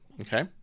okay